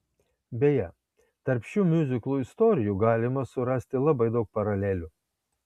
beje tarp šių miuziklų istorijų galima surasti labai daug paralelių